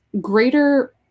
greater